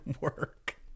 work